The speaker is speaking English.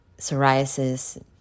psoriasis